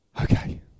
Okay